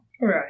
Right